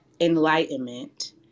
enlightenment